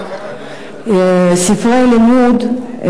ספרי לימוד,